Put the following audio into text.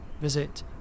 visit